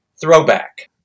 throwback